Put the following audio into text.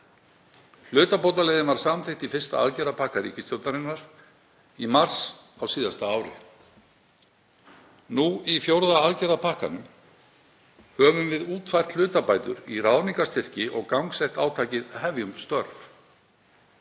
Hlutabótaleiðin var samþykkt í fyrsta aðgerðapakka ríkisstjórnarinnar í mars á síðasta ári. Nú í fjórða aðgerðapakkanum höfum við útfært hlutabætur í ráðningarstyrki og gangsett átakið Hefjum störf